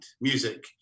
music